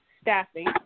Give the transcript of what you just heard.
staffing